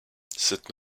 cette